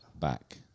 back